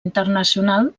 internacional